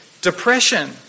depression